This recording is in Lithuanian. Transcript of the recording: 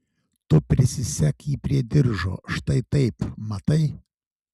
tu prisisek jį prie diržo štai taip matai